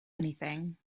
anything